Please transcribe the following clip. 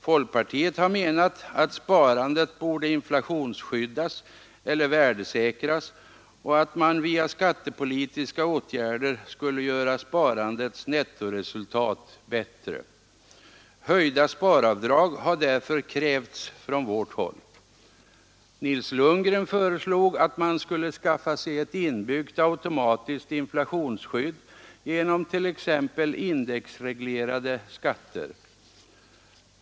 Folkpartiet har menat att sparandet borde inflationsskyddas eller värdesäkras och att man via skattepolitiska åtgärder skulle göra sparandets nettoresultat bättre. Höjda sparavdrag har därför krävts från vårt håll. Nils Lundgren föreslog att man skulle skaffa sig ett inbyggt automatiskt inflationsskydd genom t.ex. indexreglerade skatter.